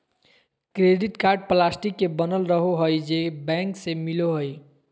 credit card plastic के बनल रहो हइ जे बैंक से मिलो हइ